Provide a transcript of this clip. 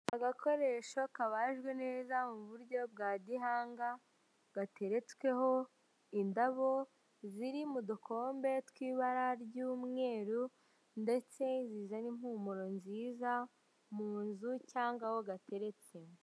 Agakoresho kabajwe neza mu buryo bwa gihanga gateretsweho indabo ziri mu dukombe twibara ry'umweru, ndetse bizana impumuro nziza mu nzu cyangwa aho gateretse.